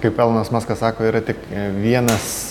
kaip elonas maskas sako yra tik vienas